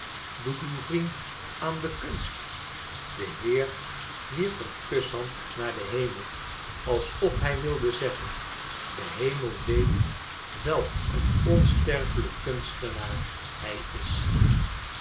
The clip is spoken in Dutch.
doet uw vriend aan de kunst de heer wierp een kushand naar den heme alsof hij wilde zeggen de hemel weet welk een onsterfelijk kunstenaar hij is